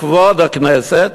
לכבוד הכנסת: